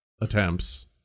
attempts